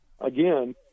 Again